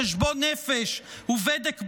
"חשבון נפש" ו"בדק בית",